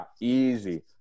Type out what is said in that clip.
easy